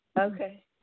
Okay